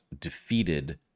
defeated